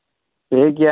ᱴᱷᱤᱠ ᱜᱮᱭᱟ